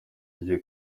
ngiye